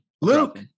Luke